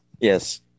Yes